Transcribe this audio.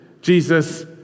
Jesus